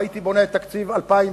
והייתי בונה את תקציב 2010,